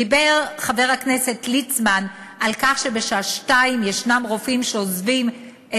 דיבר חבר הכנסת ליצמן על כך שיש רופאים שעוזבים בשעה 14:00